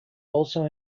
also